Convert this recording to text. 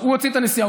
הוא הוציא את הנסיעה,